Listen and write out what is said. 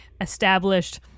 established